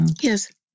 Yes